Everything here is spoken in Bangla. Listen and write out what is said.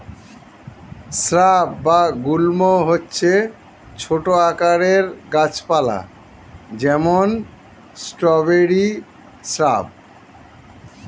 স্রাব বা গুল্ম হচ্ছে ছোট আকারের গাছ পালা, যেমন স্ট্রবেরি শ্রাব